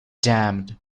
damned